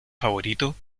favorito